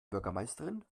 bürgermeisterin